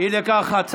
אין נמנעים.